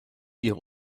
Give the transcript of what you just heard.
ihre